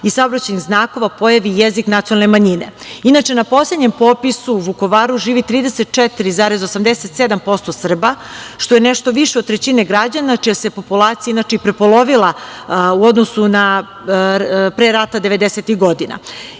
i saobraćajnih znakova pojavi i jezik nacionalne manjine. Inače, na poslednjem popisu u Vukovaru živi 34,87% Srba, što je nešto više od trećine građana, čija se populacija inače i prepolovila u odnosu na pre rata devedesetih